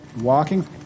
walking